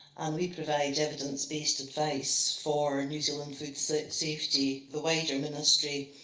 and we provide evidence-based advice for new zealand food so safety, the wider ministry,